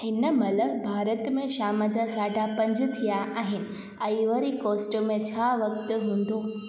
हिनमहिल भारत में शाम जा साढा पंज थिया आहिनि आइवरी कोस्ट में छा वक़्तु हूंदो